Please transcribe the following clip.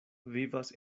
vivas